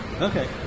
okay